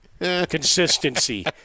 Consistency